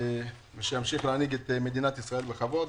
ושימשיך להנהיג את מדינת ישראל בכבוד.